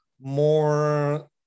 more